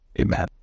Amen